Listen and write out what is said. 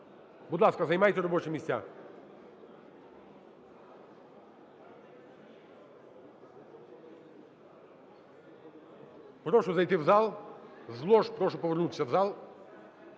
Будь ласка, займайте робочі місця, прошу зайти в зал, з лож прошу повернутися в зал.